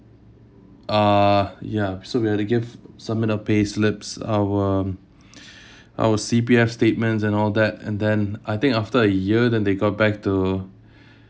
uh ya so we have to give some of the pay slips our our C_P_F statements and all that and then I think after a year then they got back to